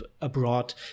abroad